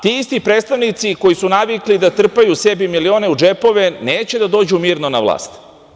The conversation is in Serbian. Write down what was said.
Ti isti predstavnici koji su navikli da trpaju sebi milione u džepove neće da dođu mirno na vlast.